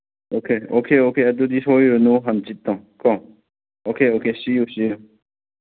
okay okay okay ꯑꯗꯨꯗꯤ ꯁꯣꯏꯔꯅꯨ ꯍꯥꯡꯆꯤꯠꯇꯣ ꯀꯣ okay okay see you see U